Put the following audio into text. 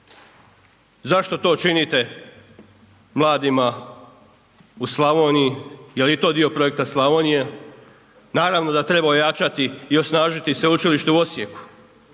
Zašto to činite mladima u Slavoniji? Jel i to dio projekta Slavonija? Naravno da treba ojačati i osnažiti Sveučilište u Osijeku,